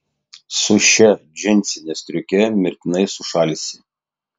su šia džinsine striuke mirtinai sušalsi